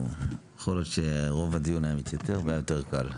יכול להיות שרוב הדיון היה מתייתר והיה יותר קל.